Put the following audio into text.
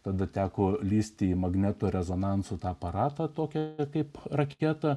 tada teko lįsti į magnetinio rezonanso aparatą tokia kaip raketa